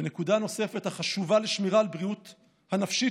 ונקודה נוספת החשובה לשמירה על הבריאות הנפשית